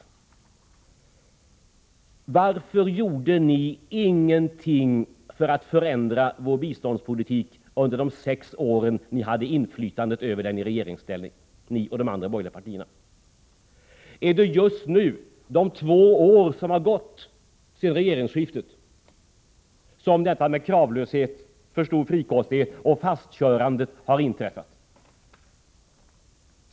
Den andra frågan är då: Varför gjorde ni ingenting för att förändra vår biståndspolitik under de sex år som ni och de andra borgerliga partierna hade inflytandet över den i regeringsställning? Är det just nu, under de två åren efter regeringsskiftet, som kravlöshet, för stor frikostighet och fastkörande har inträffat?